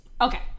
Okay